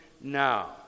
now